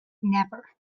never